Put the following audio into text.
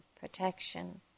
protection